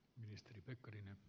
arvoisa puhemies